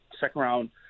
second-round